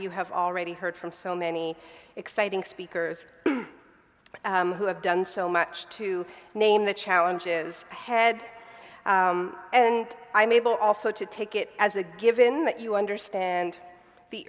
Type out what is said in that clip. have already heard from so many exciting speakers who have done so much to name the challenges ahead and i'm able also to take it as a given that you understand the